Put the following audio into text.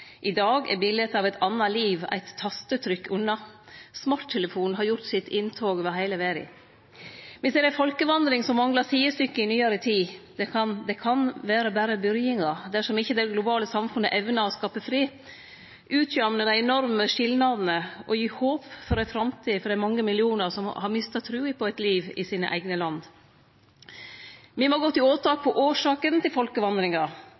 I dag er biletet av eit anna liv eit tastetrykk unna. Smarttelefonen har gjort sitt inntog over heile verda. Me ser ei folkevandring som manglar sidestykke i nyare tid. Det kan vere berre byrjinga dersom ikkje det globale samfunnet evnar å skape fred, utjamne dei enorme skilnadene og gi håp for ei framtid for dei mange millionane som har mista trua på eit liv i sine eigne land. Me må gå til åtak på årsakene til folkevandringa.